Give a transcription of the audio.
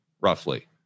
roughly